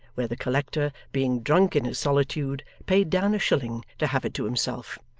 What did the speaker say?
where the collector, being drunk in his solitude, paid down a shilling to have it to himself.